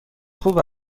خوب